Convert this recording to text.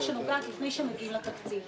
שנוגעת לפני שמגיעים לתקציב.